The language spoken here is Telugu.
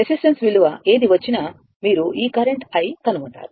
రెసిస్టెన్స్ విలువ ఏది వచ్చినా మీరు ఈ కరెంట్ i కనుగొంటారు